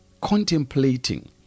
contemplating